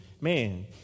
man